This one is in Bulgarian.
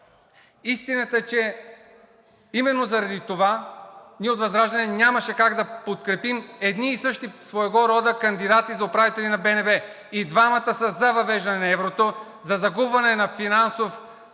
Истината е, че именно заради това ние от ВЪЗРАЖДАНЕ нямаше как да подкрепим едни и същи своего рода кандидати за управители на БНБ – и двамата са за въвеждане на еврото, за загубване на финансов,